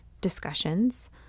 discussions